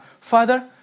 Father